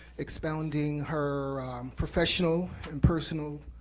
expounding her professional and personal